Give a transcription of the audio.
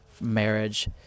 marriage